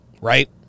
Right